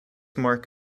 mark